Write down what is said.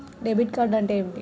Debit card అంటే ఏమిటి?